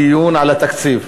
בדיון על התקציב.